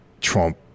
Trump